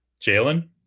jalen